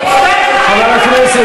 ראויה,